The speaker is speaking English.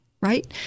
Right